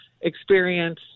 experience